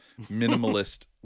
minimalist